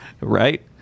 Right